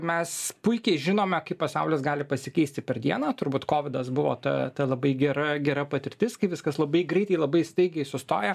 mes puikiai žinome kaip pasaulis gali pasikeisti per dieną turbūt kovidas buvo ta ta labai gera gera patirtis kai viskas labai greitai labai staigiai sustoja